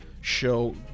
show